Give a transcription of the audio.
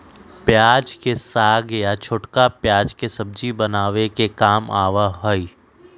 प्याज के साग या छोटका प्याज सब्जी बनावे के काम आवा हई